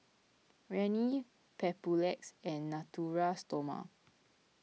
Rene Papulex and Natura Stoma